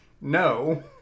No